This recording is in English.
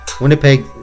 Winnipeg